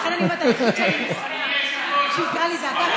לכן אני אומרת שהיחיד שיקרא לי כך זה אתה.